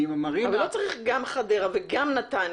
לא צריך גם חדרה וגם נתניה.